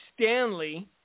Stanley